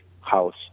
house